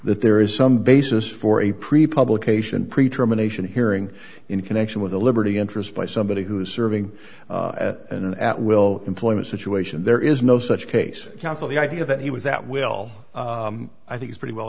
that there is some basis for a pre publication pre term anation hearing in connection with the liberty interest by somebody who is serving as an at will employment situation there is no such case counsel the idea that he was that will i think is pretty well